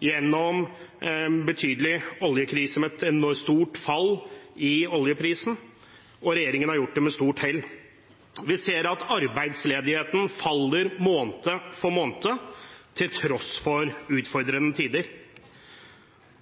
gjennom betydelig oljekrise med et stort fall i oljeprisen, og regjeringen har gjort det med stort hell. Vi ser at arbeidsledigheten faller måned for måned til tross for utfordrende tider.